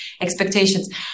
expectations